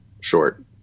short